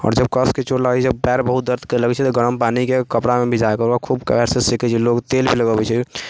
आओर जब कसिके चोट लागि जाइ छै पयर बहुत दर्द करै लागै छै तऽ गरम पानिके कपड़ामे भिजाके ओकरा खूबके सेकै छियै लोक तेल लगैबे छै